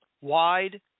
wide